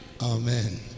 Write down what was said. Amen